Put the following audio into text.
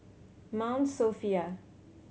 Mount Sophia